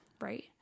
right